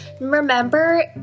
remember